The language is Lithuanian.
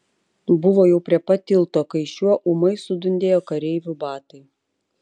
buvo jau prie pat tilto kai šiuo ūmai sudundėjo kareivių batai